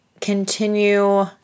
continue